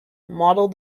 model